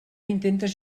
intentes